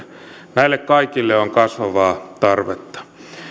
näille kaikille on kasvavaa tarvetta